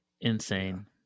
Insane